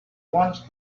wants